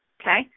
okay